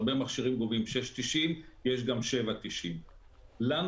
הרבה מכשירים גובים 6.90 ויש גם 7.90. לנו